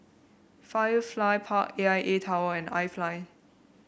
Firefly Park A I A Tower and iFly